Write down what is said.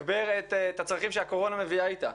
לתגבר את הצרכים שהקורונה מביאה אתה.